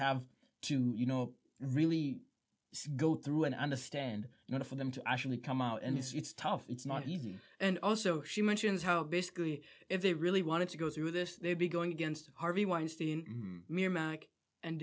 have to you know really go through and understand you know for them to actually come out and it's you tough it's not easy and also she mentions how basically if they really wanted to go through this they'd be going against harvey